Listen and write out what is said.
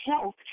health